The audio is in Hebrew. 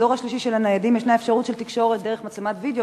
בדור השלישי של הניידים יש אפשרות של תקשורת דרך מצלמת וידיאו,